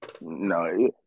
No